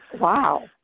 Wow